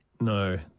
No